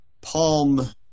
palm